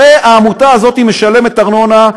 הרי העמותה הזאת משלמת ארנונה,